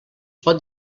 pot